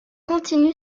continue